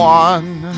one